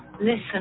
Listen